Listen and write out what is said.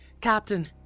Captain